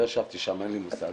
לא ישבתי שם ואין לי מושג.